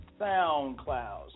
SoundCloud